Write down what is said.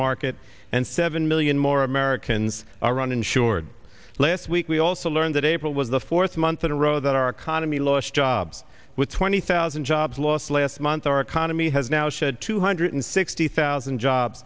market and seven million more americans are uninsured last week we also learned that april was the fourth month in a row that our economy lost jobs with twenty thousand jobs lost last month our economy has now shed two hundred sixty thousand job